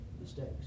mistakes